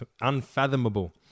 unfathomable